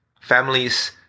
families